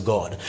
God